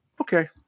okay